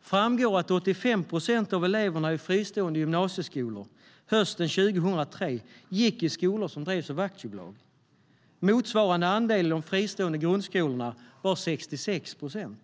framgår att 85 procent av eleverna i fristående gymnasieskolor hösten 2003 gick i skolor som drevs av aktiebolag. Motsvarande andel i de fristående grundskolorna var 66 procent.